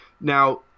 Now